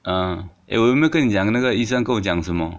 ah eh 我有没有跟你讲那个医生跟我讲什么